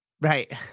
Right